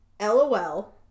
LOL